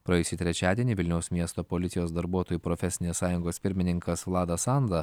praėjusį trečiadienį vilniaus miesto policijos darbuotojų profesinės sąjungos pirmininkas vladas sanda